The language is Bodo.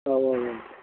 औ औ औ